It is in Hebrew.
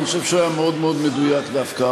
אני חושב שהוא היה מאוד מאוד מדויק דווקא.